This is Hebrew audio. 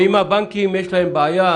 ואם הבנקים, יש להם בעיה,